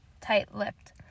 tight-lipped